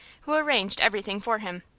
who arranged everything for him.